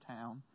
town